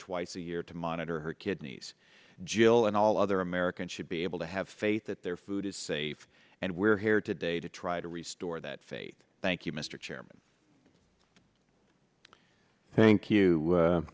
twice a year to monitor her kidneys jill and all other americans should be able to have faith that their food is safe and we're here today to try to restore that fake thank you mr chairman thank you